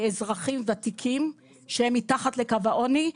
אזרחים ותיקים שהיו מתחת לקו העוני,